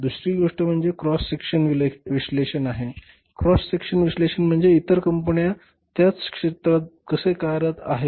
दुसरी गोष्ट म्हणजे हे क्रॉस सेक्शन विश्लेषण आहे क्रॉस सेक्शन विश्लेषण म्हणजे इतर कंपन्या त्याच क्षेत्रात कसे करत आहेत